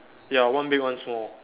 ya one big one small